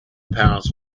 pounds